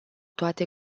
toate